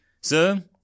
Sir